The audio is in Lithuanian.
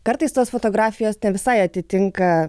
kartais tos fotografijos ne visai atitinka